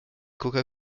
coca